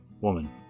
Woman